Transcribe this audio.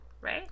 right